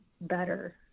better